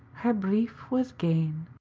her brief was gane,